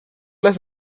las